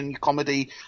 comedy